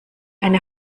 eine